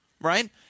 right